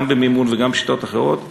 גם במימון וגם בשיטות אחרות,